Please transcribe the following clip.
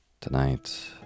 Tonight